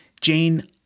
Jane